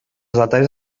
detalls